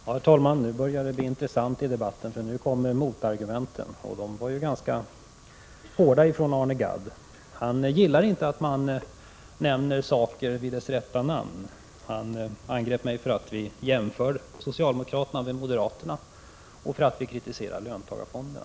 Herr talman! Nu börjar det bli intressant i debatten. Nu kommer motargumenten, och de är ganska hårda från Arne Gadd. Han gillar inte att man nämner saker vid deras rätta namn. Han angrep mig för att vi jämförde socialdemokraterna med moderaterna och för att vi kritiserar löntagarfonderna.